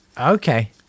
Okay